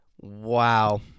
Wow